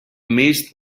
missed